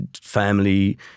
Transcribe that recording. family